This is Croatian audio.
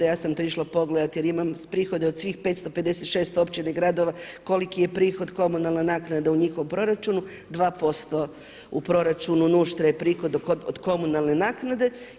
Ja sam to išla pogledati, jer imam prihode od svih 556 općina i gradova koliki je prihod komunalna naknada u njihovom proračunu 2% u proračunu Nuštra je prihod od komunalne naknade.